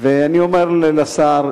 אני אומר לשר,